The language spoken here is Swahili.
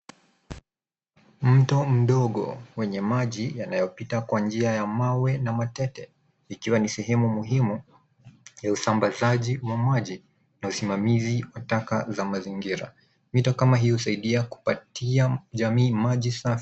Mto mdogo wenye maji yanayopita kwa njia ya mawe na matete ikiwa ni sehemu muhimu ya usambazaji wa maji na usimamizi wa taka za mazingira. Mito kama hii husaidia kupatia jamii maji safi.